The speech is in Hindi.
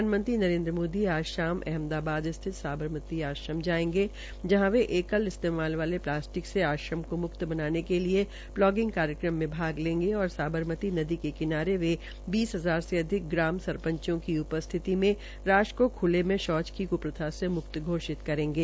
प्रधानमंत्री नरेन्द्र मोदी आज शाम अहमदाबाद स्थित साबरमती आश्रम जायेंगे जहां वे एकल इस्तेमाल वाले प्लासिटक से आश्रम को मुक्त बनाने के लिए प्लॉगिंग कार्यक्रम में भाग लेंगे और नदी के किनारे वे बीस हजार से अधिक ग्राम सर ंचों की साबरमती में राष्ट्र को खूले में शौच की क्रप्रथा से मुक्त घोषित करेंगे